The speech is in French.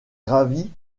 gravi